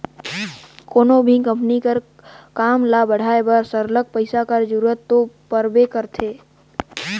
कोनो भी कंपनी कर काम ल बढ़ाए बर सरलग पइसा कर जरूरत दो परबे करथे